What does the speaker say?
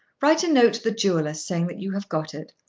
write a note to the jewellers saying that you have got it.